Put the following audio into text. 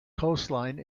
coastline